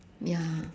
ya